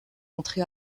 entré